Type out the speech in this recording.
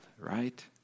right